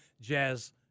jazz